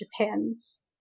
Japan's